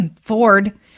Ford